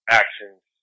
actions